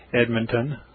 Edmonton